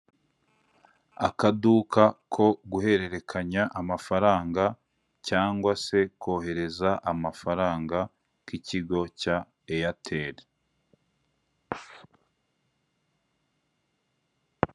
Akaduka ko guhererekanya amafaranga cyangwa se kohereza amafaranga k'ikigo cya eyateri.